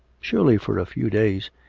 surely for a few days